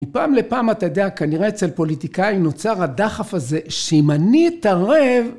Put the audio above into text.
מפעם לפעם אתה יודע, כנראה אצל פוליטיקאי נוצר הדחף הזה, שאם אני אתערב...